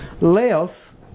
Leos